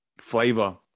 flavor